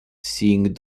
seeing